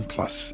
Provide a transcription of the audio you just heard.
Plus